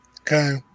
okay